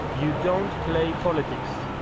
you don't play politics.